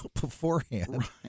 beforehand